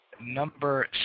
number